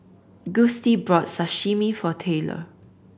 Gustie brought Sashimi for Taylor